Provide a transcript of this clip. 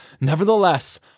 Nevertheless